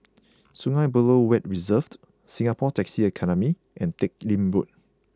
Sungei Buloh Wetland Reserve Singapore Taxi Academy and Teck Lim Road